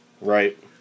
Right